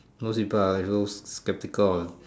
most people are those skeptical of